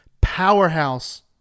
powerhouse